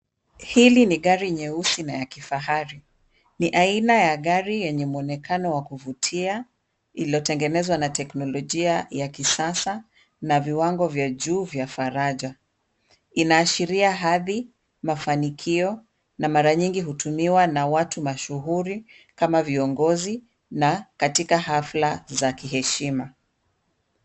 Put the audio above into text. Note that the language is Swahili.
Hili ni gari nyeusi na la kifahari. Ni aina ya gari yenye muonekano wa kuvutia Iliyotengenezwa na teknolojia ya kisasa na viwango vya juu vya faraja. Inaashiria hadhi, mafanikio na mara nyingi hutumiwa na watu mashuhuri kama viongozi na katika hafla za kiheshima.